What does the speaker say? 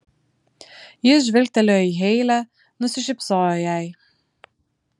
jis žvilgtelėjo į heile nusišypsojo jai